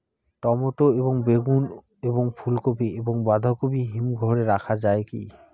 Tomato এবং বেগুন এবং ফুলকপি এবং বাঁধাকপি হিমঘরে রাখা যায় কি?